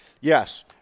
Yes